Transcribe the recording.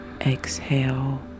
Exhale